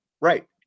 Right